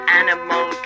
animal